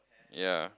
ya